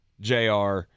Jr